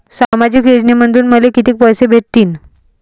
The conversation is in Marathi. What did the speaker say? सामाजिक योजनेमंधून मले कितीक पैसे भेटतीनं?